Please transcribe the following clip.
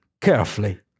carefully